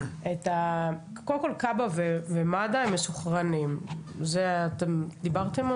קודם כל כב"ה ומד"א הם מסונכרנים, זה אתם דיברתם?